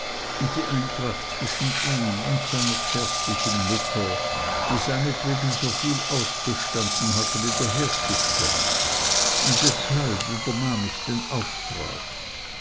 und die eintracht zwischen ihm und seiner zärtlichen mutter die seinetwegen so viel ausgestanden hatte wieder herzustellen deshalb übernahm ich den auftrag